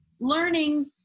learning